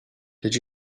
did